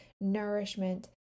nourishment